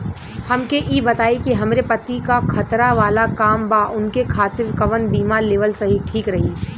हमके ई बताईं कि हमरे पति क खतरा वाला काम बा ऊनके खातिर कवन बीमा लेवल ठीक रही?